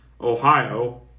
Ohio